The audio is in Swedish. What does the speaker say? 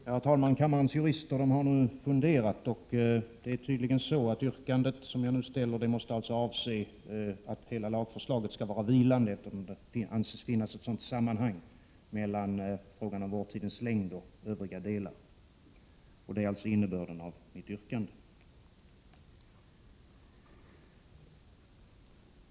Herr talman! Kammarens jurister har nu funderat, och det yrkande som jag ställde måste tydligen avse att hela lagförslaget skall vara vilande, eftersom det anses finnas ett sådant samband mellan frågan om vårdtidens längd och övriga delar av förslaget. Det är alltså innebörden av mitt yrkande.